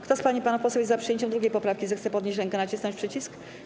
Kto z pań i panów posłów jest za przyjęciem 2. poprawki, zechce podnieść rękę i nacisnąć przycisk.